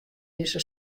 dizze